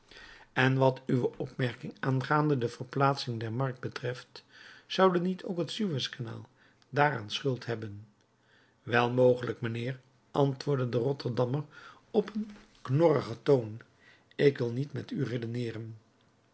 en wat uwe opmerking aangaande de verplaatsing der markt betreft zoude niet ook het suez-kanaal daaraan schuld hebben wel mogelijk mijnheer antwoordde de rotterdammer op een knorrigen toon ik wil niet met u redeneeren